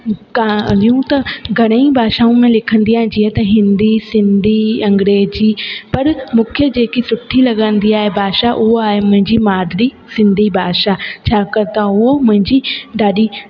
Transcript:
कहाणियूं त घणेई भाषाऊं में लिखंदी आहियां जीअं त हिंदी सिंधी अंग्रेजी पर मूंखे जेकी सुठी लॻंदी आहे भाषा उहा आहे मुंहिंजी मादिरी सिंधी भाषा छाकाणि त उहा मुंहिंजी ॾाढी